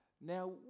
now